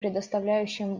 предоставляющим